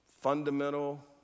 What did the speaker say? fundamental